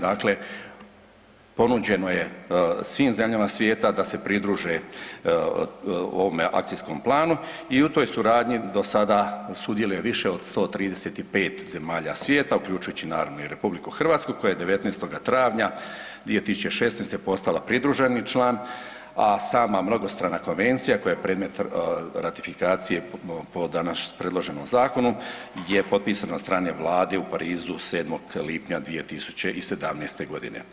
Dakle, ponuđeno je svim zemljama svijeta da se pridruže ovome akcijskom planu i u toj suradnji do sada sudjeluje više od 135 zemalja svijeta uključujući naravno i RH koja je 19. travnja 2016. postala pridruženi član, a sama mnogostrana konvencija koja je predmet ratifikacije po danas predloženom zakonu je potpisana od strane Vlade u Parizu 7. lipnja 2017. godine.